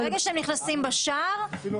ברגע שנכנסים למפעל ------ אם זה